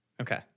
okay